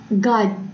God